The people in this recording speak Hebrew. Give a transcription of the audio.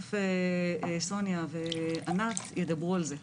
ותכף סוניה וענת ידברו על זה.